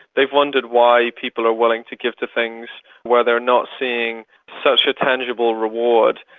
they've wondered why people are willing to give to things where they are not seeing such a tangible reward.